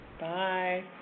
Bye